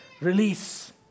release